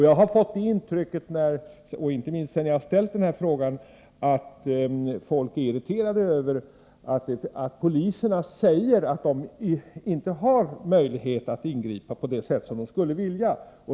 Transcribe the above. Jag har fått intrycket, inte minst sedan jag ställde den här frågan, att folk är irriterade över att poliserna säger att de inte har möjlighet att ingripa på det sätt som de skulle vilja.